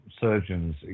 Surgeons